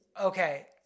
Okay